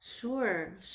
Sure